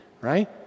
right